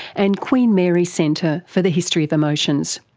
and queen mary centre for the history of emotions.